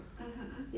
(uh huh)